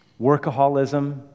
Workaholism